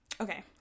okay